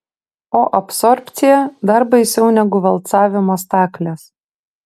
o absorbcija dar baisiau negu valcavimo staklės